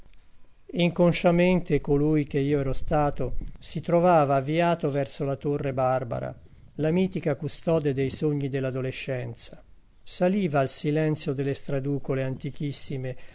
inconsciamente colui che io ero stato si trovava avviato verso la torre barbara la mitica custode dei sogni dell'adolescenza saliva al silenzio delle straducole antichissime